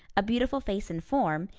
a beautiful face and form,